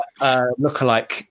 lookalike